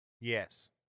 Yes